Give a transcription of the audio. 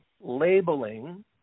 Labeling